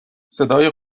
صدای